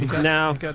Now